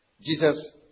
Jesus